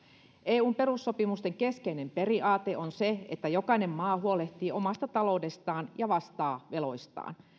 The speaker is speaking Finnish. eun perussopimusten keskeinen periaate on se että jokainen maa huolehtii omasta taloudestaan ja vastaa veloistaan